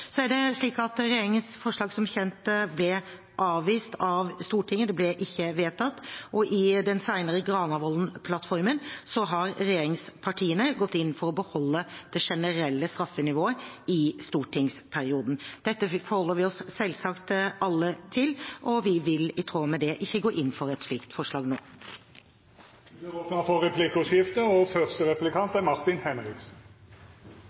Regjeringens forslag ble som kjent ble avvist av Stortinget – det ble ikke vedtatt – og i den senere Granavolden-plattformen har regjeringspartiene gått inn for å beholde det generelle straffenivået i stortingsperioden. Dette forholder vi oss alle selvsagt til, og vi vil i tråd med det ikke gå inn for et slikt forslag nå. Det vert replikkordskifte. Det er kanskje litt merkelig at når representanten Amundsen og